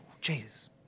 Jesus